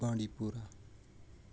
بانٛڈی پوٗرہ